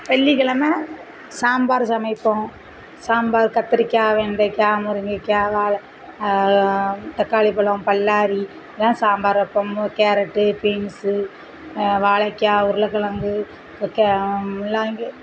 வெள்ளி கெழம சாம்பார் சமைப்போம் சாம்பார் கத்திரிக்காய் வெண்டைக்காய் முருங்கைக்காய் வாழை தக்காளி பழம் பல்லாரி இதுதான் சாம்பார் வைப்போம் மு கேரட்டு பீன்ஸு வாழைக்கா உருளக்கெழங்கு கொத்த முள்ளங்கி